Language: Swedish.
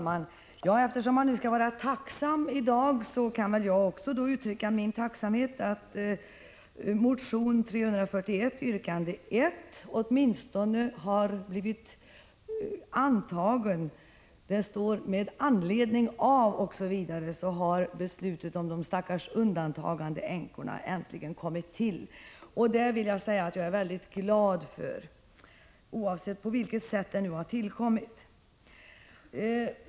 Herr talman! Eftersom man skall vara tacksam i dag, kan jag kan uttrycka min tacksamhet över att syftet med motionen 341 yrkandet 1 har blivit tillgodosett. Äntligen har beslutet om de stackars ”undantagandeänkorna” kommit till. Jag är mycket glad för detta beslut, oavsett på vilket sätt det har tillkommit.